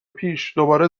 پیش، دوباره